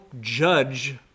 judge